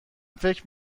فکر